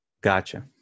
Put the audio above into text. Gotcha